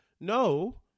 no